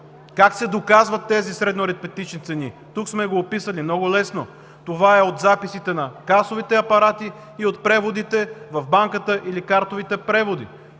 Как се доказват тези средноаритметични цени? Тук сме го описали. Много лесно – това е от записите на касовите апарати и от преводите в банката или картовите преводи.